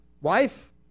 wife